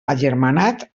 agermanat